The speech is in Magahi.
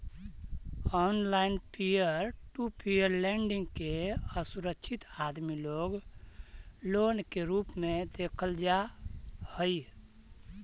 online peer to peer lending के असुरक्षित आदमी लोग लोन के रूप में देखल जा हई